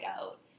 out